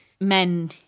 men